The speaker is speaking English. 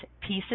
pieces